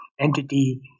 entity